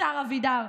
השר אבידר,